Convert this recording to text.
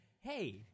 hey